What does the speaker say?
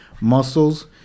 muscles